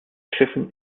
schiffen